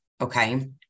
okay